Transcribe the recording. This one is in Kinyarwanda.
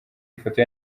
ifoto